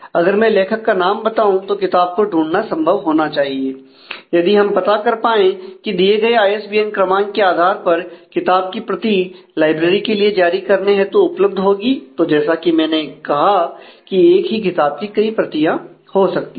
अगर मैं लेखक का नाम बताऊं तो किताब को ढूंढना संभव होना चाहिए यदि हम पता कर पाए की दिए गए आईएसबीएन क्रमांक के आधार पर किताब की प्रति लाइब्रेरी के लिए जारी करने हेतु उपलब्ध होगी तो जैसा कि मैंने कहा की एक ही किताब की कई प्रतियां हो सकती है